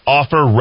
offer